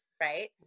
right